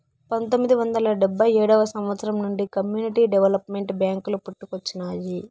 పంతొమ్మిది వందల డెబ్భై ఏడవ సంవచ్చరం నుండి కమ్యూనిటీ డెవలప్మెంట్ బ్యేంకులు పుట్టుకొచ్చినాయి